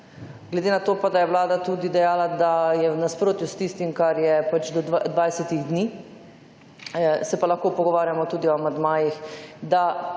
Glede na to, da pa je vlada tudi dejala, da je v nasprotju s tistim, kar je do 20 dni, se pa lahko pogovarjamo tudi o amandmajih, da